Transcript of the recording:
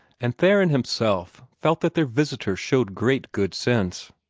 and theron himself felt that their visitor showed great good sense.